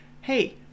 hey